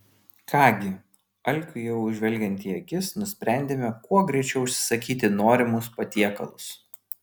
ką gi alkiui jau žvelgiant į akis nusprendėme kuo greičiau užsisakyti norimus patiekalus